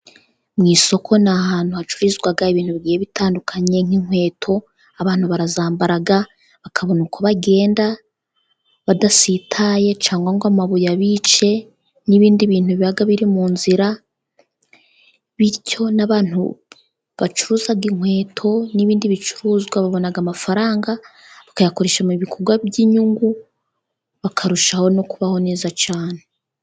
Mu isoko ni ahantu hacururizwa ibintu bitandukanye, nk'inkweto abantu barazambara, bakabona uko bagenda badasitaye, cyangwa ngo amabuye abice, n'ibindi bintu biba biri mu nzira. Bityo n'abantu bacuruza inkweto n'ibindi bicuruzwa, babona amafaranga bakayakoresha mu bikorwa by'inyungu, bakarushaho no kubaho neza cyane.